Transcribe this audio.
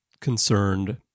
concerned